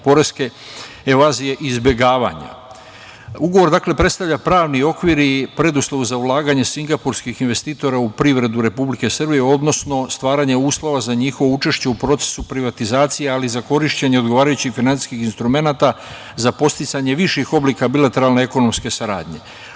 poreske evazije izbegavanja. Ugovor prestavlja pravni okvir i preduslov za ulaganje singapurskih investitora u privredu Republike Srbije, odnosno stvaranje uslova za njihovo učešće u procesu privatizacije, ali za korišćenje odgovarajućih finansijskih instrumenata za podsticanje viših oblika bilateralne ekonomske saradnje. Ugovor